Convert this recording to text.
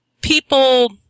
people